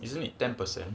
isn't it ten percent